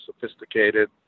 sophisticated